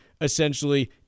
essentially